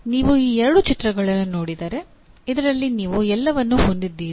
ನೀವು ಈ ಎರಡು ಚಿತ್ರಗಳನ್ನು ನೋಡಿದರೆ ಇದರಲ್ಲಿ ನೀವು ಎಲ್ಲವನ್ನೂ ಹೊಂದಿದ್ದೀರಿ